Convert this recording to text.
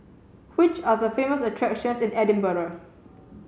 which are the famous attractions in Edinburgh